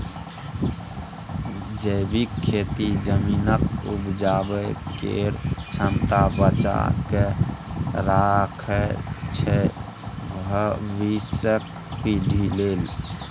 जैबिक खेती जमीनक उपजाबै केर क्षमता बचा कए राखय छै भबिसक पीढ़ी लेल